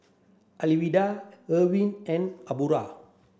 Alwilda Erwin and Aubra